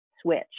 switch